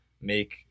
make